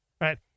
right